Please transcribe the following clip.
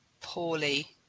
poorly